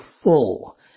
full